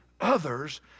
others